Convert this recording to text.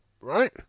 Right